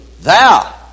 Thou